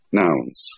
nouns